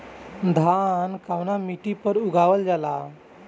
धान कवना मिट्टी पर उगावल जाला?